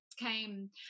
came